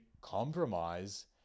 compromise